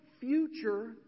future